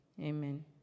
Amen